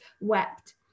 wept